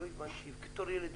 ולא הבנתי בתור ילד,